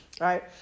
right